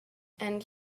and